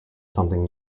something